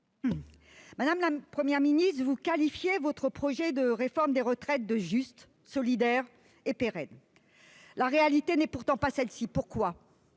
Madame la Première ministre, vous qualifiez votre projet de réforme des retraites de « juste »,« solidaire » et « pérenne ». Telle n'est pourtant pas la réalité. Pourquoi ?